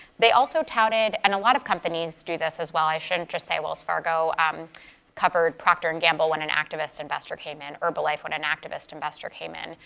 they also touted and a lot of companies do this, as well. i shouldn't just say wells fargo um covered procter and gamble when an activist investor came in, herbalife when an activist investigator came in,